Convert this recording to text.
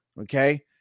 okay